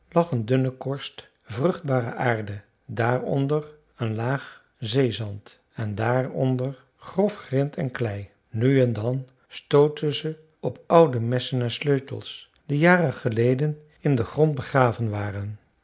lag een dunne korst vruchtbare aarde daaronder een laag zeezand en daaronder grof grint en klei nu en dan stootten ze op oude messen en sleutels die jaren geleden in den grond begraven waren